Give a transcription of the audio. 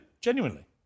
genuinely